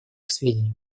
сведению